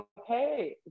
okay